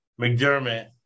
McDermott